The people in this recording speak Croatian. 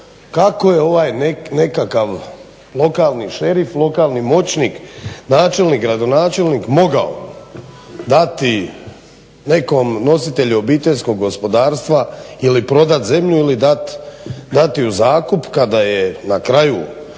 kako je ovaj nekakav lokalni šerif, lokalni moćnik načelnik, gradonačelnik mogao dati nekom nositelju obiteljskog gospodarstva ili prodati zemlju ili dati je u zakup kada je na kraju